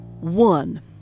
One